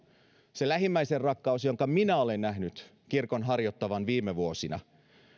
se lähimmäisenrakkaus jota minä olen nähnyt kirkon harjoittavan viime vuosina